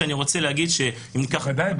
ודאי.